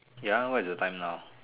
ya what is the time now